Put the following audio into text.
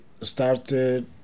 started